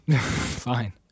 Fine